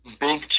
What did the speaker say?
big